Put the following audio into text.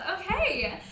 okay